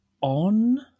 on